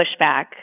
pushback